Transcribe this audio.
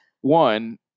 One